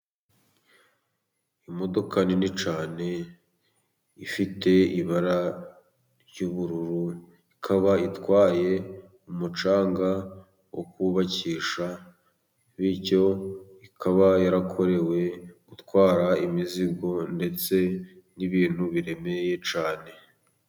Imodoka nini cyane ifite ibara ry'ubururu, ikaba itwaye umucanga wo kubakisha, bityo ikaba yarakorewe gutwara imizigo ndetse n'ibintu biremereye cyane.